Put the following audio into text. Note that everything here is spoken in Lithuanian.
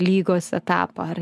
lygos etapą ar